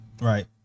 right